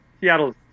Seattle's